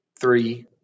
Three